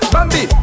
Bambi